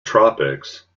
tropics